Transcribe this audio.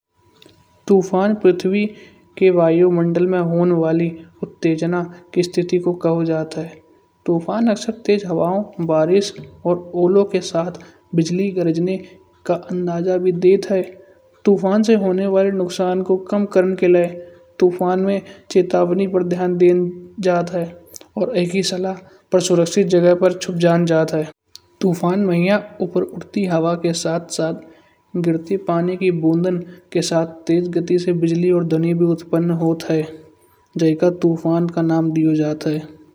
तूफान पृथ्वी के वायुमंडल में होने वाली उत्तेजना की स्थिति को कहा जाता है। तूफान अक्सर तेज हवाओं, बारिश और ओलों के साथ बिजली गरजने का अंदाज़ा भी देता है। तूफान से होने वाले नुकसान को कम करने के लिए तूफान में चेतावनी पर ध्यान दिया जाता है। और एक ही समय पर सुरक्षित जगह पर छुप जाना जाता है। तूफान में या ऊपर उड़ती हवा के साथ-साथ गिरती पानी की बूंद के साथ तेज गति से बिजली और ध्वनि भी उत्पन्न होती है। जैका तूफान का नाम दिया जाता है।